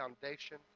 foundation